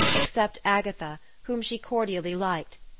except agatha, whom she cordially liked,